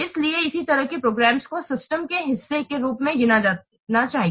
इसलिए इसी तरह के प्रोग्राम्स को सिस्टम के हिस्से के रूप में गिना जाना चाहिए